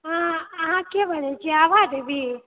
अहाँ के बजय छी आभा देवी